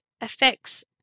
affects